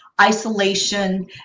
isolation